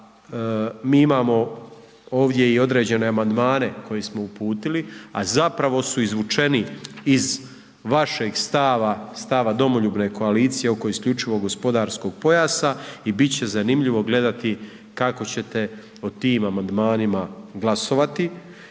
mi imamo ovdje i određene amandmane koje smo uputili, a zapravo su izvučeni iz vašeg stava, stava domoljubne koalicije oko isključivog gospodarskog pojasa i bit će zanimljivo gledati kako ćete o tim amandmanima glasovati.